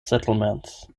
settlements